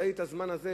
היה לי את הזמן הזה,